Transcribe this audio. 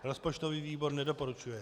Rozpočtový výbor nedoporučuje.